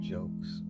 jokes